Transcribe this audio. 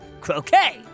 croquet